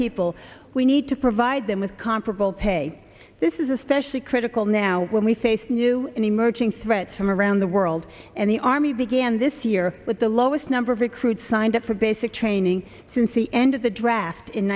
people we need to provide them with comparable pay this is especially critical now when we face new and emerging threats from around the world and the army began this year with the lowest number of recruits signed up for basic training since the end of the draft in